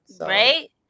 right